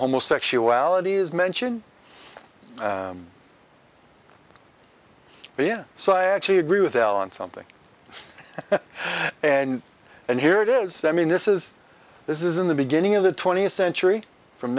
homosexuality is mentioned but yeah so i actually agree with alan something and and here it is that mean this is this is in the beginning of the twentieth century from